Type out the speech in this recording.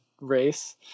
race